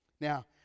Now